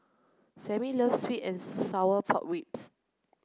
Sammie loves sweet and sour pork ribs